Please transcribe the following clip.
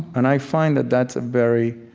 and i find that that's a very